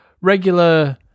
regular